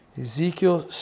Ezekiel